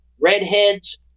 redheads